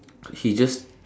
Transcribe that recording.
he just